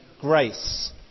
Grace